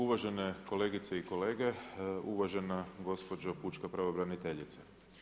Uvažene kolegice i kolege, uvažena gospođo pučka pravobraniteljice.